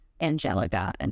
Angelica